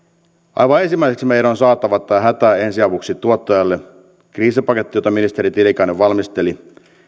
aivan ensimmäiseksi meidän on saatava tähän hätään ensiavuksi tuottajalle kriisipaketti jota ministeri tiilikainen valmisteli